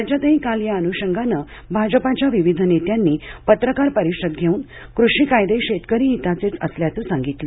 राज्यातही काल या अनुषंगानं भाजपाच्या विविध नेत्यांनी पत्रकार परिषद घेऊन कृषी कायदे शेतकरी हिताचेच असल्याचं सांगितलं